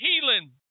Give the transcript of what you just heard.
healing